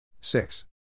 six